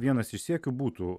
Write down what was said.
vienas iš siekių būtų